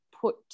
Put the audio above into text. put